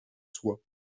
soit